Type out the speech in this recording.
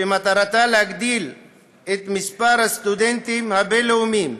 שמטרתה להגדיל את מספר הסטודנטים מחו"ל